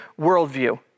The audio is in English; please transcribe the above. worldview